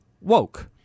woke